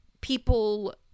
people